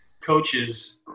coaches